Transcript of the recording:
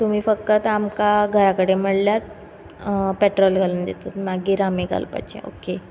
तुमी फकत आमकां घरा कडेन म्हणल्यार पेट्रोल घालून दितले मागीर आमी घालपाचें